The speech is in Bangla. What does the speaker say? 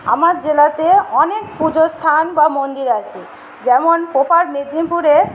আমার জেলাতে অনেক পুজোর স্থান বা মন্দির আছে যেমন প্রপার মেদিনীপুরে